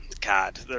god